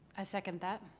i second that.